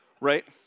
Right